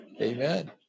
Amen